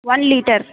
one litre